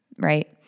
right